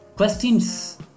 Questions